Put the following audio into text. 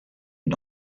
une